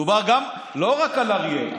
מדובר לא רק על אריאל,